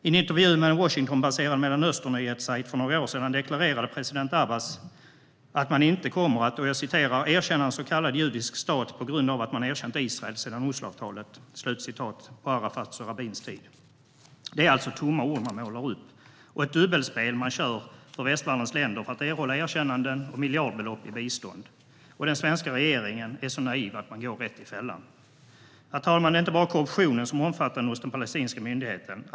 I en intervju med en Washingtonbaserad Mellanösternnyhetssajt för några år sedan deklarerade president Abbas att man inte kommer att erkänna en så kallad judisk stat på grund av att man erkänt Israel sedan Osloavtalet på Arafats och Rabins tid. Det är alltså tomma ord man målar upp och ett dubbelspel man kör för västvärldens länder för att erhålla erkännanden och miljardbelopp i bistånd. Och den svenska regeringen är så naiv att den går rätt i fällan. Herr talman! Det är inte bara korruptionen som är omfattande hos den palestinska myndigheten.